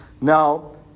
now